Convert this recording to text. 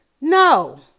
No